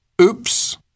Oops